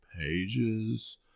pages